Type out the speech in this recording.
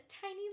tiny